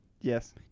Yes